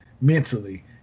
Mentally